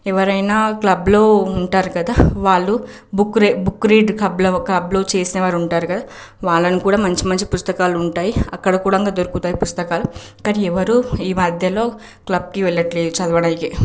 ఎవరయినా క్లబ్లో ఉంటారు కదా వాళ్ళు బుక్ రీ బుక్ రీడ్ కబ్లో క్లబ్లో చేసినవారు ఉంటారు కదా వాళ్ళని కూడా మంచి మంచి పుస్తకాలు ఉంటాయి అక్కడ కూడా దొరుకుతాయి పుస్తకాలు కానీ ఎవరూ ఈ మధ్యలో క్లబ్కి వెళ్ళట్లేదు చదవడానికి